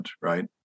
right